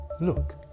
Look